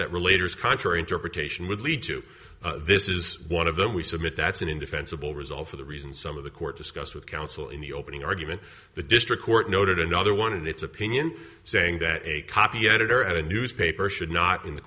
that relate or is contrary interpretation would lead to this is one of them we submit that's an indefensible result for the reasons some of the court discussed with counsel in the opening argument the district court noted another one in its opinion saying that a copy editor at a newspaper should not in the